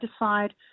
decide